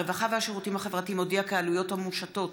הרווחה והשירותים החברתיים הודיע כי העלויות המושתות